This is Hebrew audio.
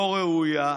לא ראויה.